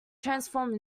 transformed